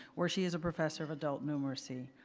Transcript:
where she is a professor of adult numeracy.